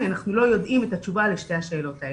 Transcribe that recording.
אנחנו לא יודעים את התשובה לשתי השאלות האלה.